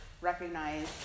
recognize